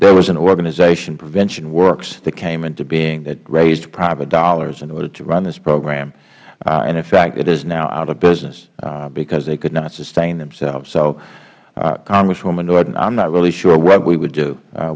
there was an organization prevention works that came into being that raised private dollars in order to run this program and in fact it is now out of business because they could not sustain themselves so congresswoman norton i'm not really sure what we would do